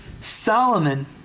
Solomon